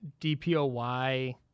DPOY